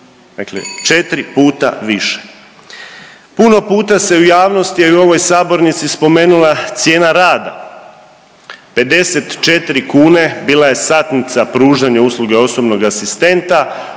puta više. Puno puta se u javnosti a i u ovoj sabornici spomenula cijena rada. 54 kune bila je satnica pružanja usluge osobnog asistenta